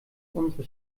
unsere